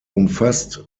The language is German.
umfasst